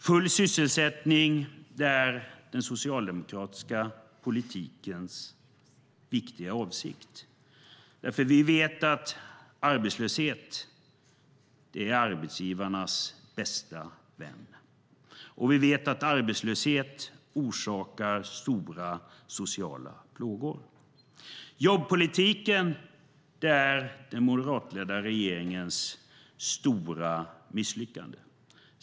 Full sysselsättning är den socialdemokratiska politikens viktiga avsikt. Vi vet nämligen att arbetslöshet är arbetsgivarnas bästa vän, och vi vet att arbetslöshet orsakar stora sociala plågor. Jobbpolitiken är den moderatledda regeringens stora misslyckande.